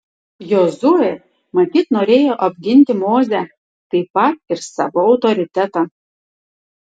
jozuė matyt norėjo apginti mozę taip pat ir savo autoritetą